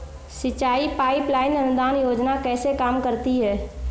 सिंचाई pipeline अनुदान योजना कैसे काम करती है?